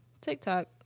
TikTok